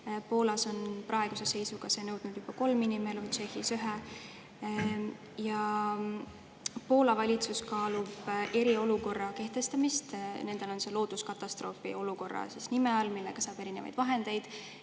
Poolas on need praeguse seisuga nõudnud juba kolm inimelu, Tšehhis ühe. Poola valitsus kaalub eriolukorra kehtestamist. Nendel on see looduskatastroofi olukorra nime all, mistõttu saab Euroopa Liidust